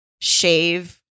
shave